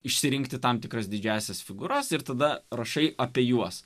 išsirinkti tam tikras didžiąsias figūras ir tada rašai apie juos